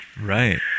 Right